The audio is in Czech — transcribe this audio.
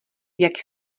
jak